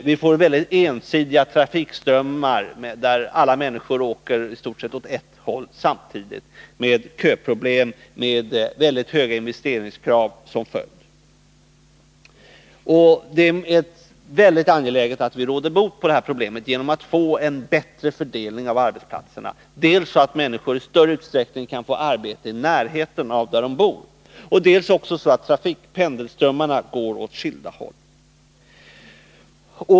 Vi får mycket ensidiga trafikströmmar, där alla människor åker åt ett håll stort sett samtidigt, med köproblem och mycket höga investeringskrav som följd. Det är utomordentligt angeläget att vi råder bot på det problemet genom en bättre fördelning av arbetsplatserna, så att människor i större utsträckning kan få arbete i närheten av bostaden och också så att pendelströmmarna går åt skilda håll.